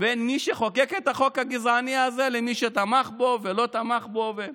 בין מי שחוקק את החוק הגזעני הזה למי שתמך בו ולא תמך בו.